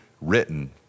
written